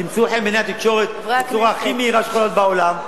תמצאו חן בעיני התקשורת בצורה הכי מהירה שיכולה להיות בעולם,